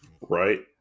Right